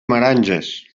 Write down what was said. meranges